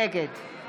נגד